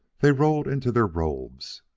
they rolled into their robes,